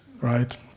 right